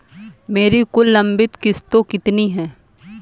मेरी कुल लंबित किश्तों कितनी हैं?